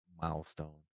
milestone